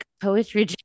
poetry